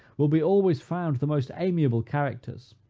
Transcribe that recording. will be always found the most amiable characters,